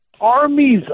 armies